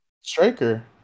Striker